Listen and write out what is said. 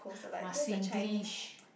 must singlish